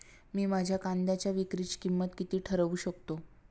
मी माझ्या कांद्यांच्या विक्रीची किंमत किती ठरवू शकतो?